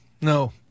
No